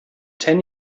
ten